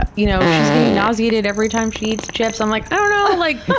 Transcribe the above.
ah you know she's getting nauseated every time she eats chips. i'm like, i dunno! like,